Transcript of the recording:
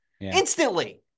Instantly